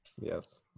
Yes